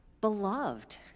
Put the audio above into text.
beloved